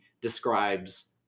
describes